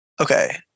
Okay